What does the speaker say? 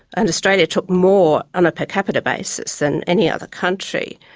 and australia took more on a per capita basis than any other country.